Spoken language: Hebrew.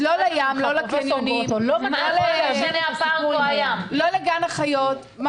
אז לא לים, לא לקניונים, לא לגן החיות.